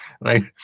right